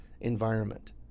environment